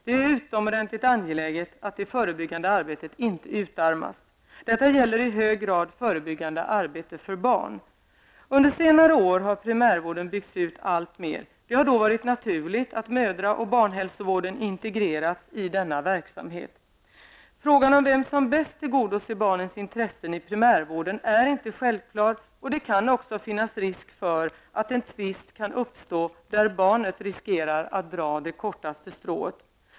Det är utomordentligt angeläget att det förebyggande arbetet inte utarmas. Detta gäller i hög grad förebyggande arbete för barn. Under senare år har primärvården byggts ut alltmer. Det har då varit naturligt att mödra och barnhälsovården integrerats i denna verksamhet. Svaret på frågan om vem som bäst tillgodoser barnens intressen i primärvården är inte givet, och det kan också finnas risk för att en tvist kan uppstå, där barnet riskerar att dra det kortaste strået.